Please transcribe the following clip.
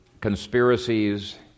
conspiracies